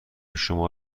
شما